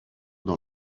dans